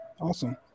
Awesome